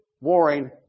warring